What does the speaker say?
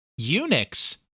Unix